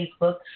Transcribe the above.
Facebook